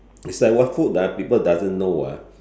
is like what food ah people doesn't know ah